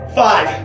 five